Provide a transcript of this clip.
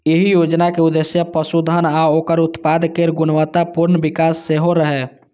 एहि योजनाक उद्देश्य पशुधन आ ओकर उत्पाद केर गुणवत्तापूर्ण विकास सेहो रहै